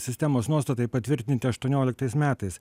sistemos nuostatai patvirtinti aštuonioliktais metais